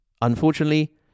Unfortunately